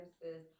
services